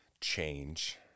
change